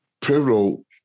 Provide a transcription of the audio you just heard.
pivotal